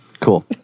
Cool